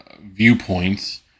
viewpoints